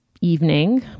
evening